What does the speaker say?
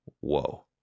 Whoa